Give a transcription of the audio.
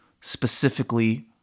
specifically